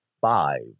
five